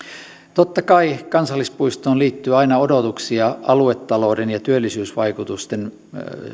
totta kai kansallispuistoon liittyy aina odotuksia aluetalouden ja työllisyysvaikutusten